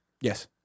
Yes